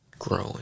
Growing